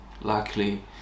luckily